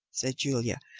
said julia,